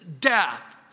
death